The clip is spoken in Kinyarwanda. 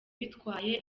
bitwaye